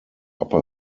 upper